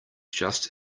just